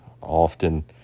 often